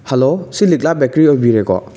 hello ꯁꯤ ꯂꯤꯛꯂꯥ bakery ꯑꯣꯏꯕꯤꯔꯦꯀꯣ